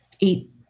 eight